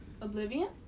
oblivion